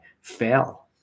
fail